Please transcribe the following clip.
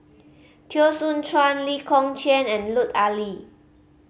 Teo Soon Chuan Lee Kong Chian and Lut Ali